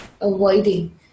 avoiding